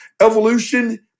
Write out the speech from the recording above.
Evolution